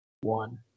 one